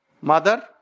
Mother